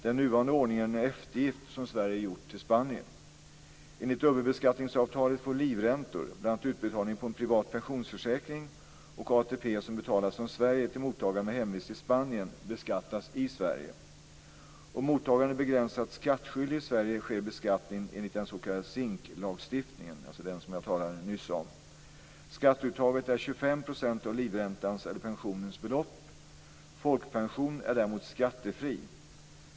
Den nuvarande ordningen är en eftergift som Sverige gjort till Spanien. ATP som betalas från Sverige till mottagare med hemvist i Spanien beskattas i Sverige. Om mottagaren är begränsat skattskyldig i Sverige sker beskattning enligt den s.k. SINK-lagstiftningen, den som jag talade nyss om. Skatteuttaget är 25 % av livräntans eller pensionens belopp. Folkpension är däremot skattefri.